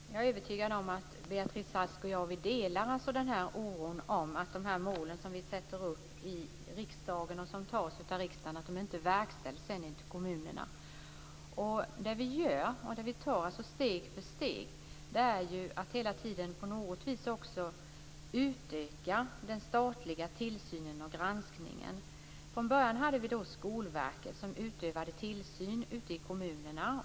Fru talman! Jag är övertygad om att Beatrice Ask och jag delar oron för att de mål som vi sätter upp i riksdagen och som riksdagen fattar beslut om inte verkställs i kommunerna. Det vi gör steg för steg är att hela tiden på något sätt utöka den statliga tillsynen och granskningen. Från början hade vi Skolverket som utövade tillsyn i kommunerna.